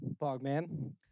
Bogman